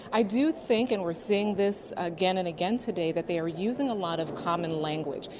i do think and we are seeing this again and again today, that they are using a lot of common language.